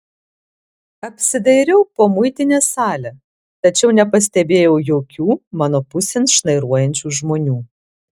apsidairiau po muitinės salę tačiau nepastebėjau jokių mano pusėn šnairuojančių žmonių